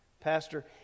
Pastor